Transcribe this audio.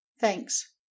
Thanks